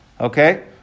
Okay